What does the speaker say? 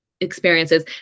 experiences